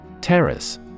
Terrace